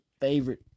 favorite